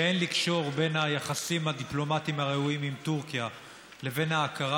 שאין לקשור בין היחסים הדיפלומטיים הראויים עם טורקיה לבין ההכרה